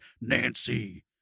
Nancy